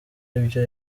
ibyo